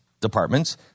departments